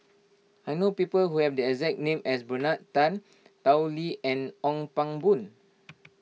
I know people who have the exact name as Bernard Tan Tao Li and Ong Pang Boon